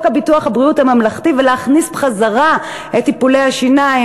ביטוח הבריאות הממלכתי ולהכניס בחזרה את טיפולי השיניים